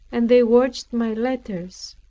and they watched my letters.